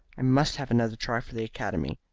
i must have another try for the academy.